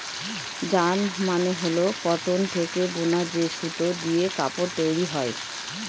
yarn মানে হল cotton থেকে বুনা যে সুতো দিয়ে কাপড় তৈরী হয়